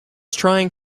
trying